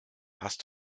hast